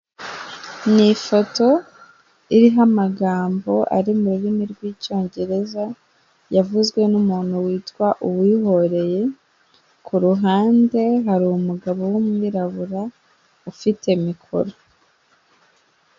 Ni ifoto iriho amagambo ari mu rururimi rw'icyongereza, yavuzwe n'umuntu witwa Uwihoreye, ku ruhande hari umugabo w'umwirabura ufite mikoro.